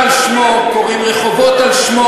על מה אתה מדבר?